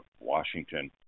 Washington